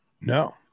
No